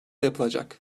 yapılacak